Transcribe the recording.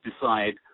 decide